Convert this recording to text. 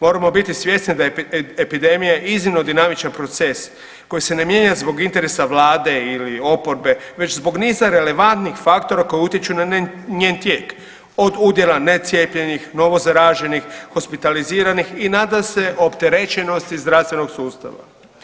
Moramo biti svjesni da je epidemija iznimno dinamičan proces koji se ne mijenja zbog interesa Vlade ili oporbe, već zbog niza relevantnih faktora koji utječu na njen tijek od udjela necijepljenih, novo zaraženih, hospitaliziranih i nadasve opterećenosti zdravstvenog sustava.